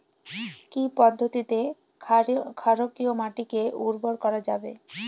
কি পদ্ধতিতে ক্ষারকীয় মাটিকে উর্বর করা যাবে?